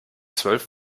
zwölf